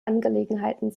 angelegenheiten